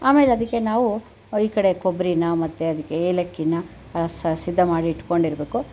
ಆಮೇಲೆ ಅದಕ್ಕೆ ನಾವು ಈಕಡೆ ಕೊಬ್ಬರಿನ ಮತ್ತೆ ಅದಕ್ಕೆ ಏಲಕ್ಕಿನ ಸಿದ್ಧ ಮಾಡಿ ಇಟ್ಟುಕೊಂಡಿರ್ಬೇಕು